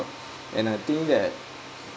and I think that